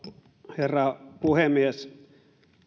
herra puhemies